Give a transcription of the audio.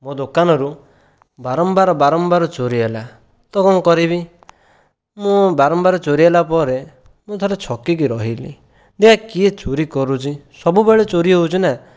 ମୋ ଦୋକାନରୁ ବାରମ୍ବାର ବାରମ୍ବାର ଚୋରି ହେଲା ତ କଣ କରିବି ମୁଁ ବାରମ୍ବାର ଚୋରି ହେଲା ପରେ ମୁଁ ଥରେ ଛକିକି ରହିଲି ଦେଖିବା କିଏ ଚୋରି କରୁଛି ସବୁ ବେଳେ ଚୋରି ହେଉଛି ନା